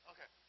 Okay